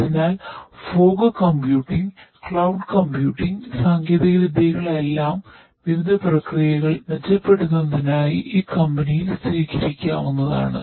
അതിനാൽ fog computing സ്വീകരിക്കാവുന്നതാണ്